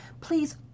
please